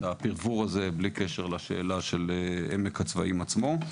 הפירבור הזה בלי קשר לשאלה של עמק הצבאים עצמו.